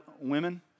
women